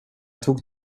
tog